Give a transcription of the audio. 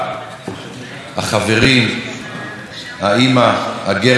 החברים, האימא אגרנש,